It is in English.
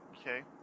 okay